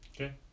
Okay